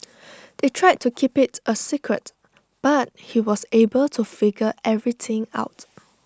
they tried to keep IT A secret but he was able to figure everything out